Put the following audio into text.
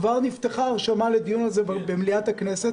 כבר נפתחה ההרשמה לדיון עליהן במליאת הכנסת.